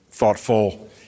thoughtful